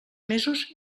mesos